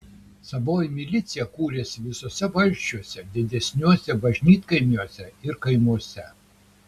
savoji milicija kūrėsi visuose valsčiuose didesniuose bažnytkaimiuose ir kaimuose